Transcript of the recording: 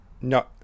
No